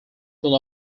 full